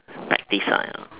practice la